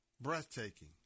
breathtaking